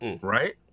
right